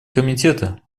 комитета